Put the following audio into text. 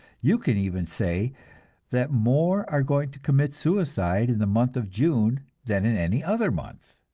you can even say that more are going to commit suicide in the month of june than in any other month.